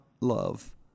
love